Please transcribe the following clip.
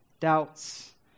doubts